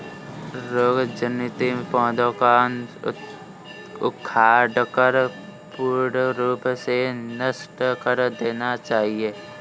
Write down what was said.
रोग जनित पौधों को उखाड़कर पूर्ण रूप से नष्ट कर देना चाहिये